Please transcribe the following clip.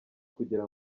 kugira